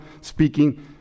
speaking